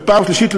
ושלישית,